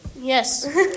Yes